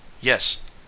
Yes